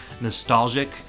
nostalgic